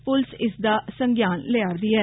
पुलस इसदा संज्ञान लै'रदी ऐ